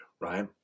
right